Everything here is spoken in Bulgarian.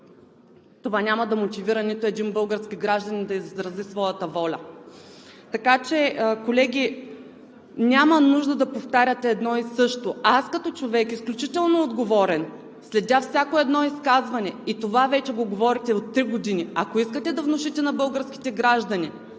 това няма да мотивира нито един български гражданин да изрази своята воля. Така че, колеги, няма нужда да повтаряте едно и също. Аз като човек, изключително отговорен, следя всяко едно изказване и това вече го говорите от три години. Ако искате да внушите на българските граждани,